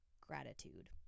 Gratitude